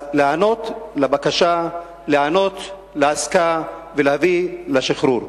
אז להיענות לבקשה, להיענות לעסקה ולהביא לשחרור.